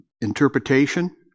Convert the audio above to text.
interpretation